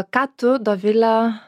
ką tu dovile